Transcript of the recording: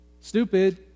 Stupid